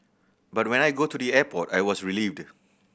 but when I go to the airport I was relieved